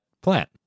plant